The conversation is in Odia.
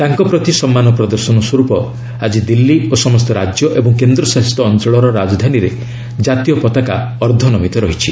ତାଙ୍କ ପ୍ରତି ସମ୍ମାନ ପ୍ରଦର୍ଶନ ସ୍ୱରୂପ ଆକି ଦିଲ୍ଲୀ ଓ ସମସ୍ତ ରାଜ୍ୟ ଏବଂ କେନ୍ଦ୍ର ଶାସିତ ଅଞ୍ଚଳର ରାଜଧାନୀରେ ଜାତୀୟ ପତାକା ଅର୍ଦ୍ଧନମିତ ରହିଛି